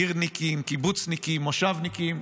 עירניקים, קיבוצניקים, מושבניקים.